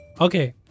okay